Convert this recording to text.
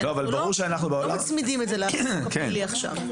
כי אנחנו לא מצמידים את זה לחוק הפלילי עכשיו.